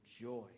joy